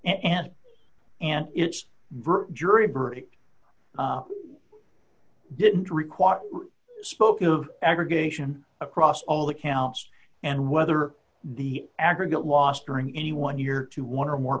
and and it's jury verdict didn't require spoke ringback of aggregation across all accounts and whether the aggregate lost during any one year to one or more